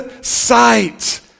sight